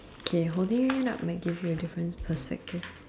okay holding up might give you a different perspective